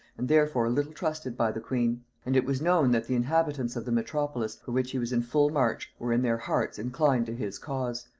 and therefore little trusted by the queen and it was known that the inhabitants of the metropolis, for which he was in full march, were in their hearts inclined to his cause.